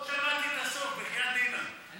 לא שמעתי את הסוף, בחייאת, אני